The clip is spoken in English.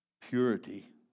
purity